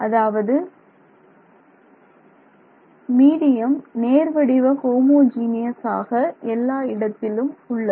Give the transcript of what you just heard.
அதாவது மீடியம் நேர் வடிவ ஹோமோஜீனியஸ் ஆக எல்லா இடத்திலும் உள்ளது